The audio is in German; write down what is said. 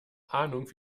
ahnung